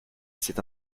c’est